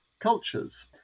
cultures